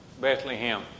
Bethlehem